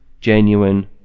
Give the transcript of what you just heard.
genuine